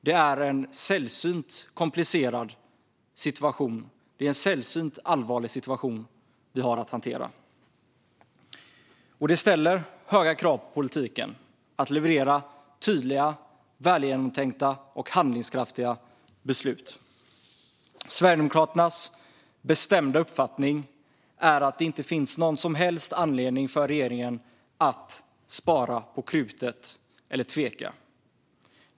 Det är en sällsynt komplicerad och allvarlig situation vi har att hantera. Det ställer höga krav på politiken att leverera tydliga, välgenomtänkta och handlingskraftiga beslut. Sverigedemokraternas bestämda uppfattning är att det inte finns någon som helst anledning för regeringen att spara på krutet eller tveka.